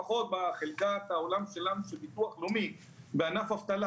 לפחות בחלקת העולם שלנו של ביטוח לאומי בענף אבטלה,